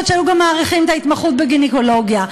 שהיו גם מאריכים את ההתמחות בגינקולוגיה.